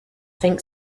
think